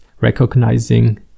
recognizing